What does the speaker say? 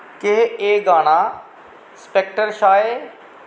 केह् एह् गाना स्पेक्टर शा ऐ